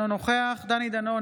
אינו נוכח דני דנון,